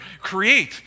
create